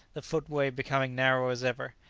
the footway becoming narrow as ever.